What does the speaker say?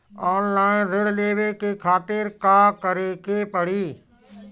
Online ऋण लेवे के खातिर का करे के पड़ी?